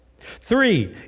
Three